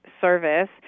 service